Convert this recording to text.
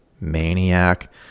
Maniac